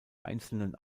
einzelnen